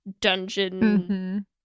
dungeon